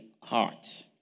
heart